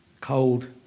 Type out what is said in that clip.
cold